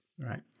right